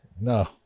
No